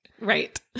Right